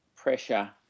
pressure